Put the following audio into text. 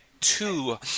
Two